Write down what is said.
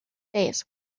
face